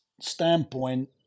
standpoint